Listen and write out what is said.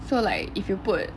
so like if you put it